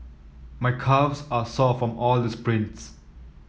my calves are sore from all the sprints